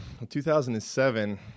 2007